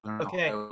Okay